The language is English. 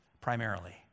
primarily